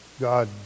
God